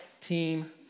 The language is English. team